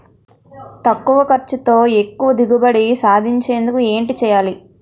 తక్కువ ఖర్చుతో ఎక్కువ దిగుబడి సాధించేందుకు ఏంటి చేయాలి?